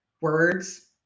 words